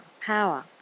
power